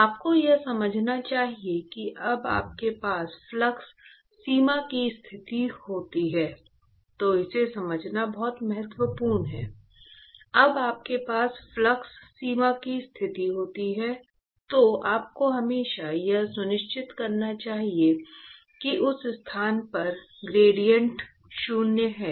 आपको यह समझना चाहिए कि जब आपके पास फ्लक्स सीमा की स्थिति होती है तो इसे समझना बहुत महत्वपूर्ण है जब आपके पास फ्लक्स सीमा की स्थिति होती है तो आपको हमेशा यह सुनिश्चित करना चाहिए कि उस स्थान पर ग्रेडिएंट शून्य है